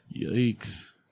Yikes